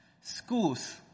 schools